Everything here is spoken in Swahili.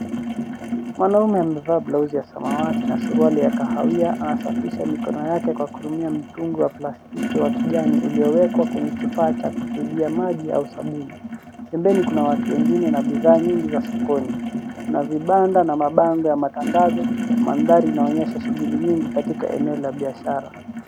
Mwanaume amevaa blauzi ya samawati na suruali ya kahawia anasafisha mikono yake kwa kutumia mtungi wa plastiki wa kijani uliowekwa kwenye kifaa cha kuchujia maji au sabuni. Pembeni kuna watu wengine na bidhaa nyingi za sokoni. Kuna vibanda na mabango ya matangazo. Mandhari inaonyesha shughuli nyingi katika eneo la biashara.